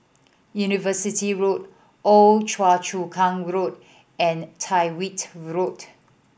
University Road Old Choa Chu Kang Road and Tyrwhitt Road